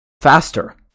faster